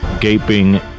gaping